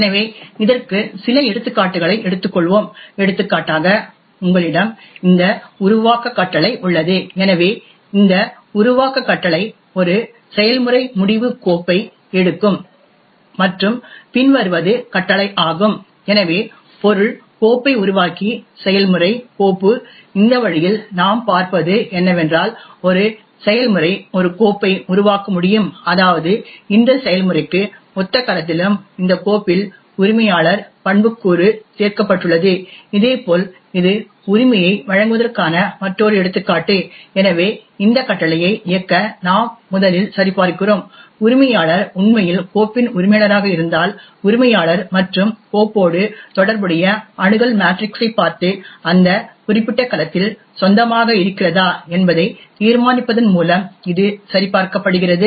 எனவே இதற்கு சில எடுத்துக்காட்டுகளை எடுத்துக்கொள்வோம் எடுத்துக்காட்டாக உங்களிடம் இந்த உருவாக்க கட்டளை உள்ளது எனவே இந்த உருவாக்கு கட்டளை ஒரு செயல்முறை முடிவு கோப்பை எடுக்கும் மற்றும் பின்வருவது கட்டளை ஆகும் எனவே பொருள் கோப்பை உருவாக்கி செயல்முறை கோப்பு இந்த வழியில் நாம் பார்ப்பது என்னவென்றால் ஒரு செயல்முறை ஒரு கோப்பை உருவாக்க முடியும் அதாவது இந்த செயல்முறைக்கு ஒத்த கலத்திலும் இந்த கோப்பில் உரிமையாளர் பண்புக்கூறு சேர்க்கப்பட்டுள்ளது இதேபோல் இது உரிமையை வழங்குவதற்கான மற்றொரு எடுத்துக்காட்டு எனவே இந்த கட்டளையை இயக்க நாம் முதலில் சரிபார்க்கிறோம் உரிமையாளர் உண்மையில் கோப்பின் உரிமையாளராக இருந்தால் உரிமையாளர் மற்றும் கோப்போடு தொடர்புடைய அணுகல் மேட்ரிக்ஸைப் பார்த்து அந்த குறிப்பிட்ட கலத்தில் சொந்தமாக இருக்கிறதா என்பதை தீர்மானிப்பதன் மூலம் இது சரிபார்க்கப்படுகிறது